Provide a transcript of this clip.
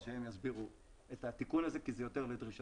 הם יסבירו את התיקון הזה כי זה יותר לדרישתם.